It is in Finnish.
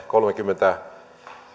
kolmekymmentä